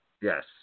Yes